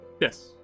Yes